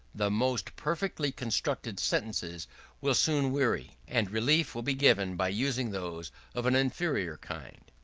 the most perfectly-constructed sentences will soon weary, and relief will be given by using those of an inferior kind.